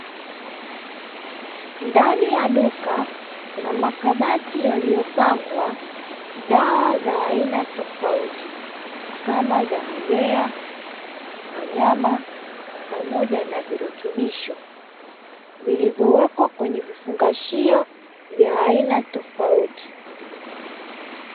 Ndani ya duka kuna makabati yaliyopangwa dawa za za aina tofauti, kama za mimea, wanyama pamoja na virutubisho, vilivyowekwa kwenye vifungashio vya aina tofauti.